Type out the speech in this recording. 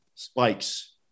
spikes